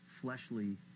fleshly